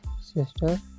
sister